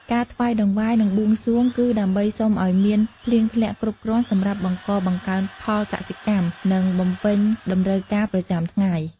ការថ្វាយតង្វាយ និងបួងសួងគឺដើម្បីសុំឱ្យមានភ្លៀងធ្លាក់គ្រប់គ្រាន់សម្រាប់បង្កបង្កើនផលកសិកម្ម និងបំពេញតម្រូវការប្រចាំថ្ងៃ។